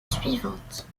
suivante